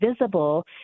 visible